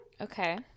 Okay